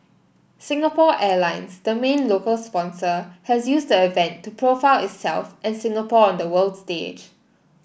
Singapore Airlines the main local sponsor has used the event to profile itself and Singapore on the world stage